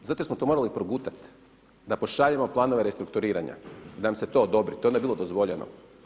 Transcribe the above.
Zato jer smo to morali progutati da pošaljemo planove restrukturiranja, da nam se to odobri, to je onda bilo dozvoljeno.